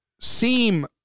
seem